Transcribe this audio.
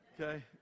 okay